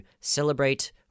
celebrate